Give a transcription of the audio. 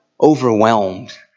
overwhelmed